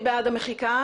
אז מי בעד המחיקה?